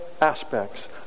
aspects